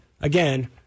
again